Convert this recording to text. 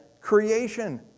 creation